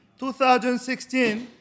2016